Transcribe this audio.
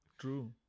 True